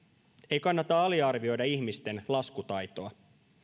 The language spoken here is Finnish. ei kannata aliarvioida ihmisten laskutaitoa